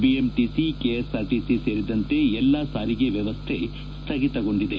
BMTC KSRTC ಸೇರಿದಂತೆ ಎಲ್ಲಾ ಸಾರಿಗೆ ವ್ಯವಸ್ಥೆ ಸ್ಥಗಿತಗೊಂಡಿದೆ